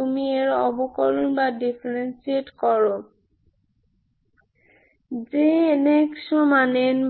তুমি এর অবকলন করো Jn n2n